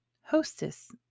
hostess